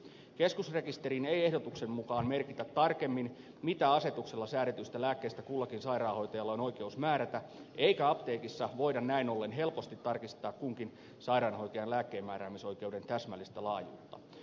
keskusrekisteriin ei ehdotuksen mukaan merkitä tarkemmin mitä asetuksella säädetyistä lääkkeistä kullakin sairaanhoitajalla on oikeus määrätä eikä apteekissa voida näin ollen helposti tarkistaa kunkin sairaanhoitajan lääkkeenmääräämisoikeuden täsmällistä laajuutta